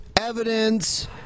Evidence